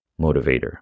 motivator